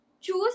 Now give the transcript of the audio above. choose